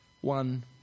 one